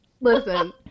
Listen